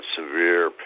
severe